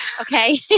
okay